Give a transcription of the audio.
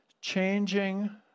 Changing